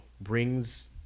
brings